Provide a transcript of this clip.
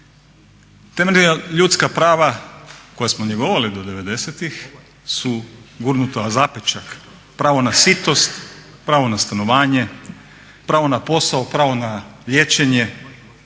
Temeljna ljudska prava koja smo njegovali do 90.tih su gurnuta u zapećak. Pravo na sitost, pravo na stanovanje, pravo na posao, pravo na liječenje,